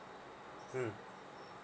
mm